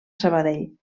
sabadell